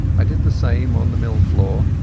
i did the same on the mill floor,